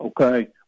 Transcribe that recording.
Okay